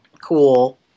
cool